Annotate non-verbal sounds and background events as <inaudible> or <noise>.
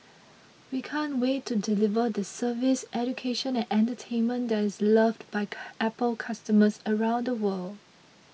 we can't wait to deliver the service education and entertainment that is loved by <unintelligible> Apple customers around the world